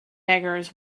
beggars